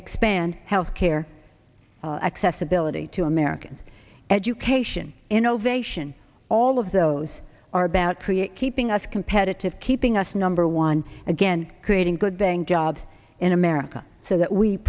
expand health care accessibility to american education innovation all of those are about create keeping us competitive keeping us number one again creating good paying jobs in america so that we